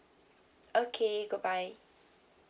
okay goodbye